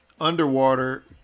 underwater